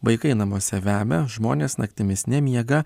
vaikai namuose vemia žmonės naktimis nemiega